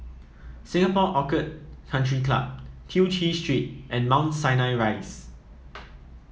Singapore Orchid Country Club Tew Chew Street and Mount Sinai Rise